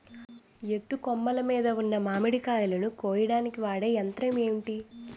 ఎత్తు కొమ్మలు మీద ఉన్న మామిడికాయలును కోయడానికి వాడే యంత్రం ఎంటి?